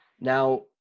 Now